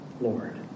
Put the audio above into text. Lord